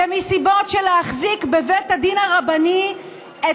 זה מסיבות של להחזיק בבית הדין הרבני את